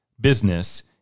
business